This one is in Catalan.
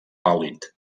pàl·lid